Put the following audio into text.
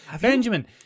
Benjamin